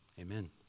amen